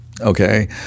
Okay